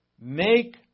Make